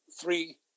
three